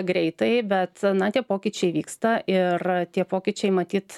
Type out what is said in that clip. greitai bet na tie pokyčiai vyksta ir tie pokyčiai matyt